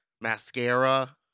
mascara